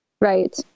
Right